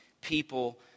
people